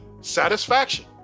Satisfaction